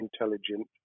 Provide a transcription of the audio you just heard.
intelligent